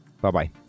Bye-bye